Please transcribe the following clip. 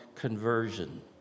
conversion